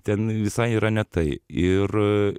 ten visai yra ne tai ir